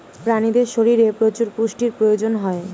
প্রাণীদের শরীরে প্রচুর পুষ্টির প্রয়োজন হয়